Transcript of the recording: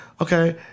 Okay